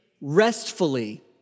restfully